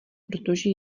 protože